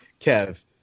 kev